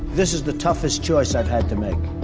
this is the toughest choice i've had to make.